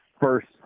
first